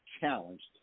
challenged